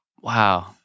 wow